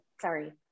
Sorry